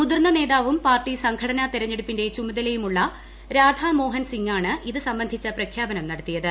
മുതിർന്ന നേതാവും പാർട്ടി സംഘടന തെരഞ്ഞെടുപ്പിന്റെ ചുമതലയുള്ള രാധാമോഹൻ സിംഗാണ് ഇത് സംബന്ധിച്ചു പ്രഖ്യാപനം നടത്തിയത്